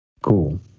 Cool